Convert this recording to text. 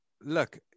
Look